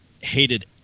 hated